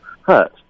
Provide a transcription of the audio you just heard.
hurt